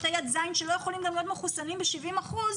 ה' עד ז' שלא יכולים להיות מחוסנים ב-0 אחוזים,